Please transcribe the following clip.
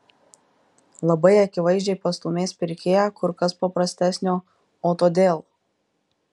labai akivaizdžiai pastūmės pirkėją kur kas paprastesnio o todėl